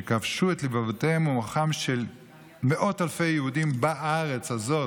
שכבשו את לבבותיהם ומוחם של מאות אלפי יהודים בארץ הזאת,